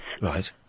Right